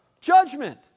judgment